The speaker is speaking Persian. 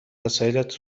وسایلت